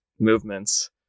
movements